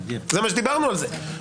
זה מה שדיברנו על זה.